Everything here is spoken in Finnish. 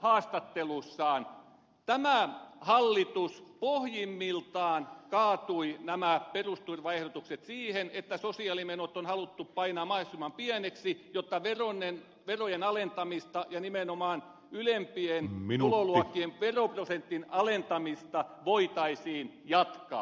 tämän hallituksen aikana perusturvan parannusehdotukset pohjimmiltaan kaatuivat siihen että sosiaalimenot on haluttu painaa mahdollisimman pieniksi jotta verojen alentamista ja nimenomaan ylimpien tuloluokkien veroprosentin alentamista voitaisiin jatkaa